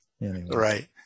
Right